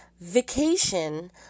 vacation